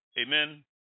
Amen